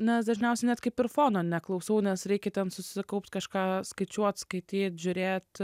nes dažniausiai net kaip ir fono neklausau nes reikia susikaupt kažką skaičiuot skaityt žiūrėt